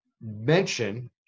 mention